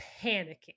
panicking